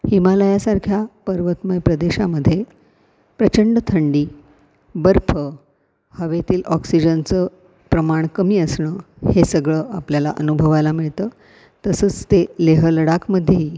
हिमालयासारख्या पर्वतमय प्रदेशामध्ये प्रचंड थंडी बर्फ हवेतील ऑक्सिजनचं प्रमाण कमी असणं हे सगळं आपल्याला अनुभवायला मिळतं तसंच ते लेह लडाखमध्येही